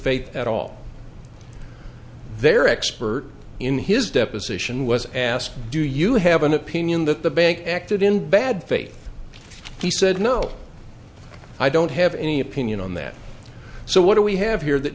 faith at all their expert in his deposition was asked do you have an opinion that the bank acted in bad faith he said no i don't have any opinion on that so what do we have here that